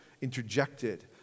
interjected